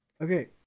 Okay